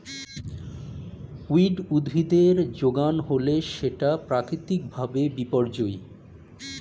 weed উদ্ভিদের যোগান হলে সেটা প্রাকৃতিক ভাবে বিপর্যোজী